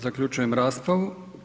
Zaključujem raspravu.